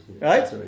Right